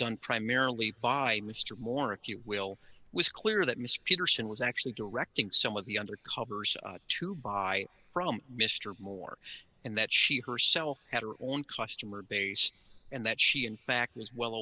done primarily by mr more acute will was clear that mr peterson was actually directing some of the other covers to buy from mr moore and that she herself had her own customer base and that she in fact was well